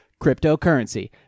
cryptocurrency